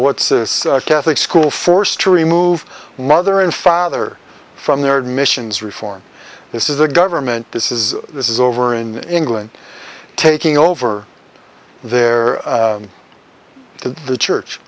's a catholic school force to remove mother and father from their admissions reform this is the government this is this is over in england taking over there the church